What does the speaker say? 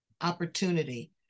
opportunity